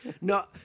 No